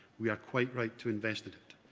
we are quite right to invest in it.